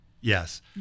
Yes